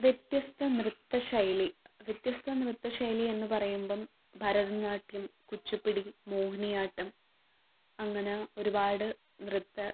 വ്യത്യസ്ത നൃത്തം ശൈലി വ്യത്യസ്ത നൃത്തം ശൈലി എന്ന് പറയുമ്പം ഭരതനാട്യം കുച്ചിപ്പിടി മോഹിനിയാട്ടം അങ്ങനെ ഒരുപാട് നൃത്തം